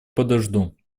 подожду